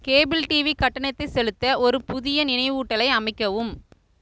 cable TV கட்டணத்தைச் செலுத்த ஒரு புதிய நினைவூட்டலை அமைக்கவும்